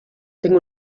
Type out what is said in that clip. tengo